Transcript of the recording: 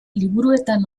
liburuetan